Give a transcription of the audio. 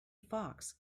fox